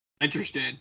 interested